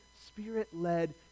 spirit-led